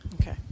Okay